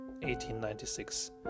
1896